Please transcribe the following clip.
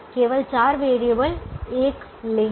केवल चार वेरिएबल एक लेंगे